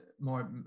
more